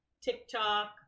TikTok